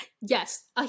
Yes